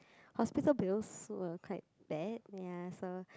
hospital bills were quite bad ya so